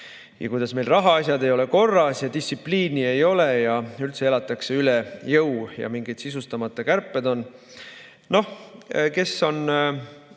Ja kuidas meil rahaasjad ei ole korras ja distsipliini ei ole ja üldse elatakse üle jõu ja on mingid sisustamata kärped. Noh, kes on